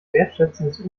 wertschätzendes